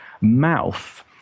mouth